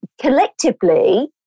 collectively